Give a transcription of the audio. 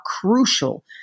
crucial